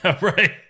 Right